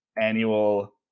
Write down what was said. annual